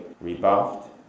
rebuffed